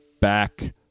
back